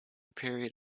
period